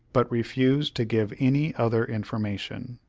but refused to give any other information.